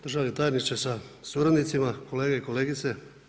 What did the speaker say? Državni tajniče sa suradnicima, kolege i kolegice.